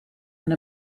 and